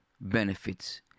benefits